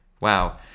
Wow